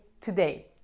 today